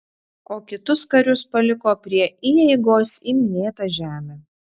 o kitus karius paliko prie įeigos į minėtą žemę